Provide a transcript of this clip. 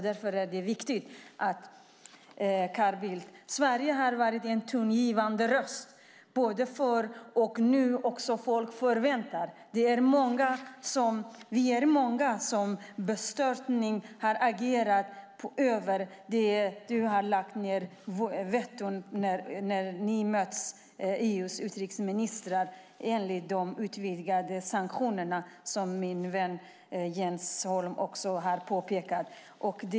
Det är viktigt, Carl Bildt. Sverige har varit en tongivande röst, och många har förväntningar. Vi är många som med bestörtning har reagerat på att du har lagt in ditt veto när EU:s utrikesministrar har mötts för att besluta om de utvidgade sanktionerna, som min vän Jens Holm också har påpekat.